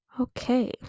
okay